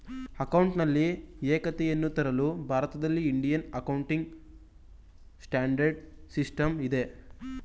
ಅಕೌಂಟಿನಲ್ಲಿ ಏಕತೆಯನ್ನು ತರಲು ಭಾರತದಲ್ಲಿ ಇಂಡಿಯನ್ ಅಕೌಂಟಿಂಗ್ ಸ್ಟ್ಯಾಂಡರ್ಡ್ ಸಿಸ್ಟಮ್ ಇದೆ